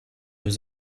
deux